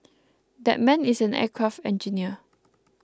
that man is an aircraft engineer